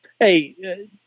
Hey